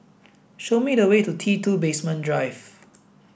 show me the way to T two Basement Drive